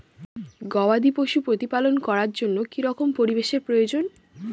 গবাদী পশু প্রতিপালন করার জন্য কি রকম পরিবেশের প্রয়োজন?